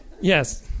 yes